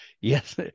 Yes